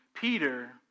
Peter